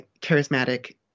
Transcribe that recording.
charismatic